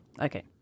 okay